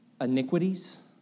iniquities